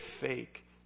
fake